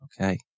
Okay